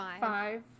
five